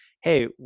hey